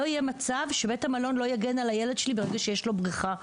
לא יהיה מצב שבית המלון לא יגן על הילד שלי ברגע שיש לו בריכה,